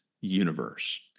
universe